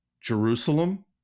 Jerusalem